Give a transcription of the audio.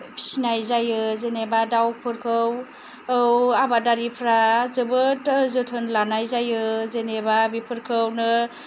फिसिनाय जायो जेनेबा दाउफोरखौ औ आबादारिफ्रा जोबोद जोथोन लानाय जायो जेनेबा बेफोरखौनो